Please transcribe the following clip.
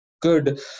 good